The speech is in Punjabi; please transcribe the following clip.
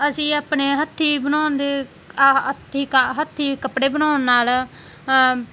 ਅਸੀਂ ਆਪਣੇ ਹੱਥੀਂ ਬਣਾਉਣ ਦੇ ਹੱਥੀਂ ਕ ਹੱਥੀਂ ਕੱਪੜੇ ਬਣਾਉਣ ਨਾਲ